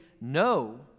no